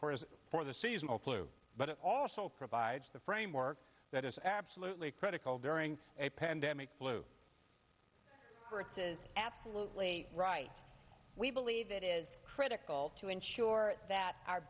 for us for the seasonal flu but it also provides the framework that is absolutely critical during a pandemic flu virus is absolutely right we believe it is critical to ensure that our